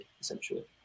essentially